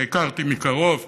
שהכרתי מקרוב,